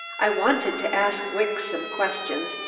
i wanted to ask wicks some questions,